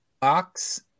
Box